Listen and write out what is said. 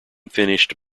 finished